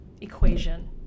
equation